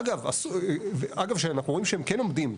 אגב, שאנחנו רואים שהם כן עומדים.